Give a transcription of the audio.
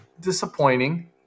disappointing